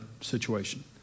situation